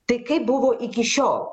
tai kaip buvo iki šiol